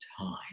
time